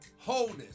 Wholeness